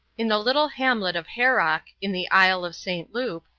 in the little hamlet of haroc, in the isle of st. loup,